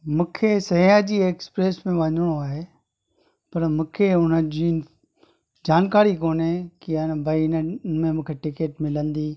मूंखे सयाजी एक्सप्रेस में वञिणो आहे पर मूखे हुनजी जानकारी कोने कि हाणे भई इन्हनि में मूंखे टिकेट मिलंदी